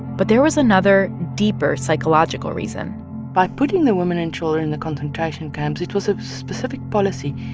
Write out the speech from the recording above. but there was another deeper psychological reason by putting the women and children in the concentration camps, it was a specific policy.